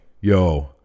yo